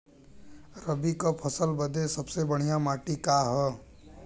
रबी क फसल बदे सबसे बढ़िया माटी का ह?